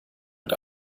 mit